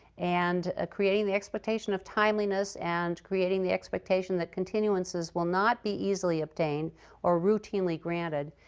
and ah creating the expectation of timeliness, and creating the expectation that continuances will not be easily obtained or routinely granted,